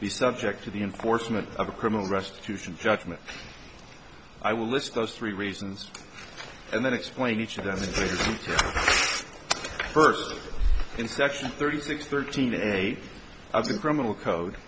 be subject to the enforcement of a criminal restitution judgment i will list those three reasons and then explain each of them first in section thirty six thirteen eight i was in criminal code